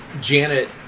Janet